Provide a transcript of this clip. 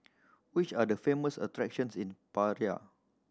which are the famous attractions in Praia